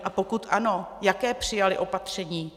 A pokud ano, jaké přijaly opatření?